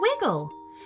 wiggle